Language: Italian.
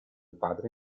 padre